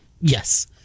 Yes